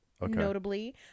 notably